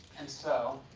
and so,